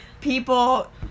People